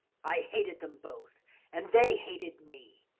i hated them both and they hated me!